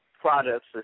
products